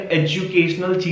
educational